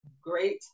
great